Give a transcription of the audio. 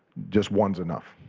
just one's enough.